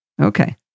Okay